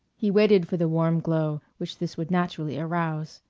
he waited for the warm glow, which this would naturally arouse,